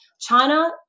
China